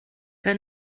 que